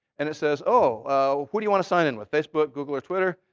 and it says, oh, who do you want to sign in with facebook, google, or twitter?